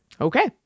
Okay